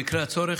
במקרה הצורך,